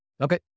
okay